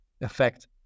effect